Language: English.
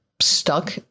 stuck